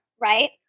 Right